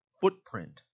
footprint